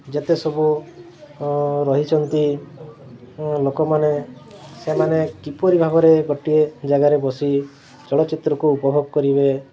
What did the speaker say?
ଯେତେ ସବୁ ରହିଛନ୍ତି ଲୋକମାନେ ସେମାନେ କିପରି ଭାବରେ ଗୋଟିଏ ଜାଗାରେ ବସି ଚଳଚ୍ଚିତ୍ରକୁ ଉପଭୋଗ କରିବେ